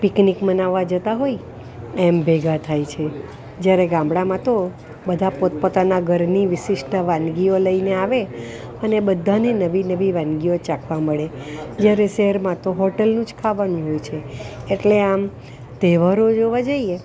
picnic મનાવવા જતાં હોય એમ ભેગાં થાય છે જ્યારે ગામડામાં તો બધાં પોતપોતાના ઘરની વિશિષ્ટ વાનગીઓ લઇને આવે અને બધાને નવી નવી વાનગીઓ ચાખવા મળે જ્યારે શહેરમાં તો હોટલનું જ ખાવાનું હોય છે એટલે આમ તહેવારો જોવા જઈએ